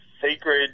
sacred